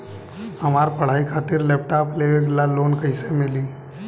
हमार पढ़ाई खातिर लैपटाप लेवे ला लोन कैसे मिली?